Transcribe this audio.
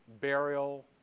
burial